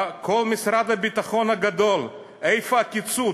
כל משרד הביטחון הגדול, איפה הקיצוץ?